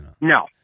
no